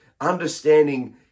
understanding